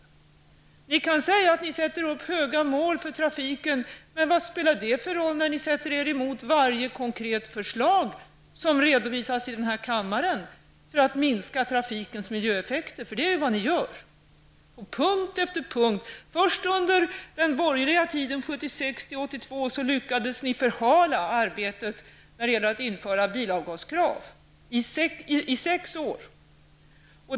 Moderaterna kan säga att de sätter upp höga mål för trafiken, men vad spelar det för roll när de sätter sig emot varje konkret förslag som redovisas i kammaren för att minska trafikens miljöeffekter? Det är vad ni gör på punkt efter punkt. Först under den borgerliga tiden mellan 1976 och 1982 lyckades ni förhala arbetet med att införa bilavgaskraven i sex år.